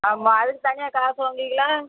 ஆமாம் அதுக்கு தனியாக காசு வாங்குவீகளா